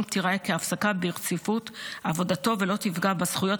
תיראה כהפסקה ברציפות עבודתו ולא תפגע בזכויות